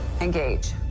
Engage